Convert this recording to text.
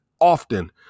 often